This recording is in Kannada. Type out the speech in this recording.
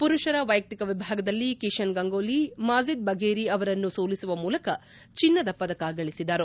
ಪುರುಷರ ವೈಯಕ್ತಿಕ ವಿಭಾಗದಲ್ಲಿ ಕಿಶನ್ ಗಂಗೊಲ್ಲಿ ಮಾಜಿದ್ ಬಫೇರಿ ಅವರನ್ನು ಸೋಲಿಸುವ ಮೂಲಕ ಚಿನ್ನದ ಪದಕ ಗಳಿಸಿದರು